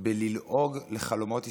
בללעוג לחלומות ישראליים,